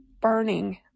burning